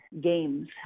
games